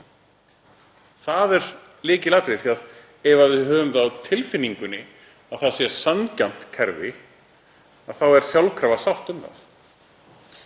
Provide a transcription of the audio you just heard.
Það er lykilatriði. Ef við höfum á tilfinningunni að það sé sanngjarnt kerfi þá er sjálfkrafa sátt um það.